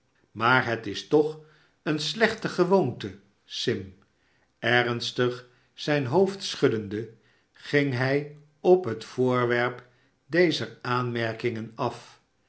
maar het is toch eene slechte gewoonte sim ernstig zijn hocfd schuddends ging hij op het voorwerp dezer aanmerkingen af